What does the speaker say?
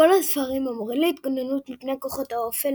בכל הספרים המורים להתגוננות מפני כוחות האופל